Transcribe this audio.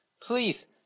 please